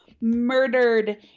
murdered